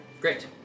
Great